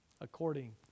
according